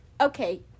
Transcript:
okay